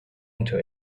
into